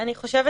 אני חושבת